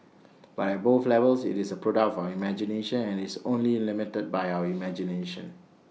but at both levels IT is A product of our imagination and IT is only limited by our imagination